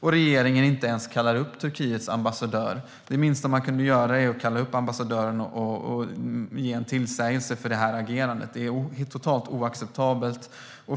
och regeringen inte ens kallar till sig Turkiets ambassadör. Det minsta man kunde göra är att kalla till sig ambassadören och ge denne en tillsägelse för agerandet, som är totalt oacceptabelt.